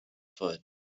foot